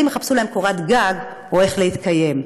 יחפשו להם קורת גג או איך להתקיים.